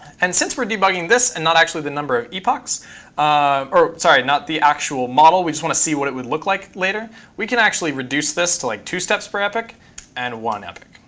and since we're debugging this and not actually the number of epochs or sorry, not the actual model, we just want to see what it would look like later we can actually reduce this to like two steps per epoch and one epoch.